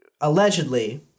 allegedly